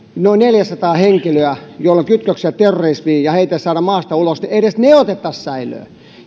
noin neljäsataa henkilöä joilla on kytköksiä terrorismiin ja heitä ei saada maasta ulos niin edes heidät otettaisiin säilöön